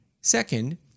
Second